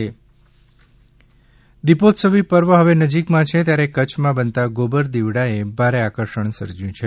કચ્છ ગોબરદિવડા દીપોત્સવી પર્વ હવે નજીકમાં જ છે ત્યારે કચ્છમાં બનતા ગોબર દીવડાએ ભારે આકર્ષણ સર્જ્યું છે